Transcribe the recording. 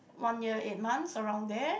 one year eight months around there